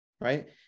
right